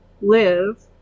live